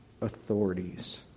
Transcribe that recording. authorities